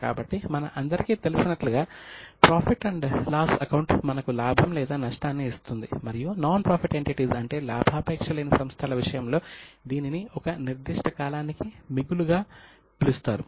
కాబట్టి మన అందరికీ తెలిసినట్లుగా ప్రాఫిట్ అండ్ లాస్ అకౌంట్ మనకు లాభం లేదా నష్టాన్ని ఇస్తుంది మరియు నాన్ ప్రాఫిట్ ఏంటిటీస్ అంటే లాభాపేక్షలేని సంస్థల విషయంలో దీనిని ఒక నిర్దిష్ట కాలానికి మిగులుగా పిలుస్తారు